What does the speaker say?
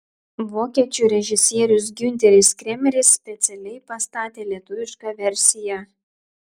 vokiečių režisierius giunteris kremeris specialiai pastatė lietuvišką versiją